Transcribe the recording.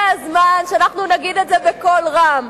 הגיע הזמן שנגיד את זה בקול רם.